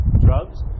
drugs